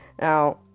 now